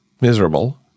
miserable